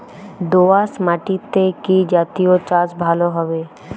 দোয়াশ মাটিতে কি জাতীয় চাষ ভালো হবে?